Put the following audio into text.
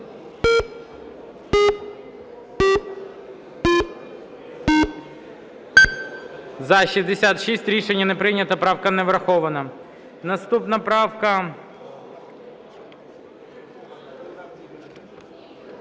За-66 Рішення не прийнято. Правка не врахована. Наступна правка…